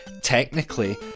technically